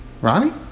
Ronnie